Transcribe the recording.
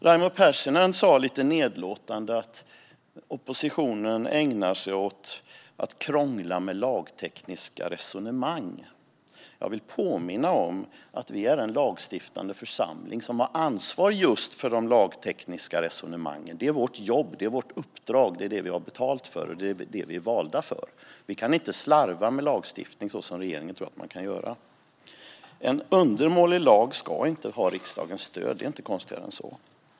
Raimo Pärssinen sa lite nedlåtande att oppositionen ägnar sig åt att krångla med lagtekniska resonemang. Jag vill påminna om att vi är en lagstiftande församling som har ansvar just för de lagtekniska resonemangen. Det är vårt jobb och vårt uppdrag. Det är det vi har betalt för och är det vi är valda för. Vi kan inte slarva med lagstiftning så som regeringen tror att man kan göra. En undermålig lag ska inte ha riksdagens stöd. Det är inte konstigare än så.